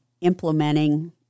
implementing